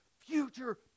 Future